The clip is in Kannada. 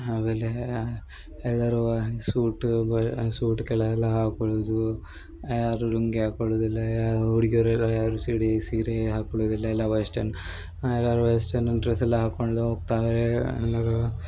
ಆಮೇಲೆ ಎಲ್ಲರೂ ಸೂಟು ಬ ಸೂಟ್ ಕೆಲವೆಲ್ಲಾ ಹಾಕೊಳ್ಳುದು ಯಾರು ಲುಂಗಿ ಹಾಕೊಳುದಿಲ್ಲ ಯಾರು ಹುಡ್ಗ್ಯರು ಎಲ್ಲ ಯಾರು ಸೀಡಿ ಸೀರೆ ಹಾಕೊಳುದಿಲ್ಲ ಎಲ್ಲಾ ವೆಸ್ಟರ್ನ್ ಎಲ್ಲರು ವೆಸ್ಟರ್ನು ಡ್ರೆಸ್ ಎಲ್ಲ ಹಾಕ್ಕೊಂಡು ಹೋಗ್ತಾರೆ ಎಲ್ಲರೂ